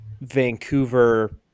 Vancouver